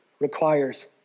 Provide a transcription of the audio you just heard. requires